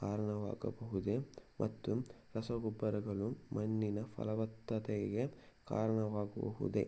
ಕಾರಣವಾಗಬಹುದೇ ಮತ್ತು ರಸಗೊಬ್ಬರಗಳು ಮಣ್ಣಿನ ಫಲವತ್ತತೆಗೆ ಕಾರಣವಾಗಬಹುದೇ?